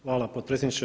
Hvala potpredsjedniče.